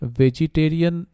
vegetarian